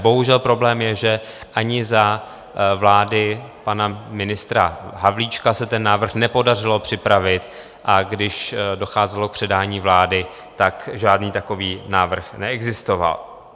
Bohužel, problém je, že ani za vlády pana ministra Havlíčka se ten návrh nepodařilo připravit, a když docházelo k předání vlády, žádný takový návrh neexistoval.